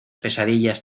pesadillas